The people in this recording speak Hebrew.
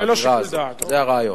זה הרעיון,